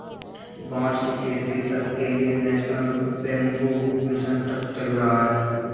बांस की खेती तक के लिए नेशनल बैम्बू मिशन तक चल रहा है